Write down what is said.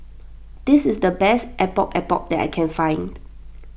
this is the best Epok Epok that I can find